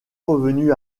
revenu